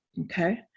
Okay